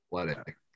athletic